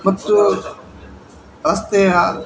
ಮತ್ತು ರಸ್ತೆಯ